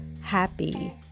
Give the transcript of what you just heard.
happy